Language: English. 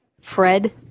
Fred